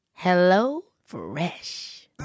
HelloFresh